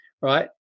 Right